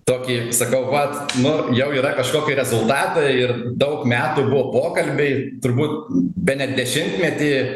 tokį sakau vat nu jau yra kažkoki rezultatą ir daug metų buvo pokalbiai turbūt bene dešimtmetį